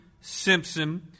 Simpson